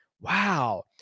Wow